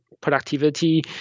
productivity